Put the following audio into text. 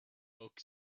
oak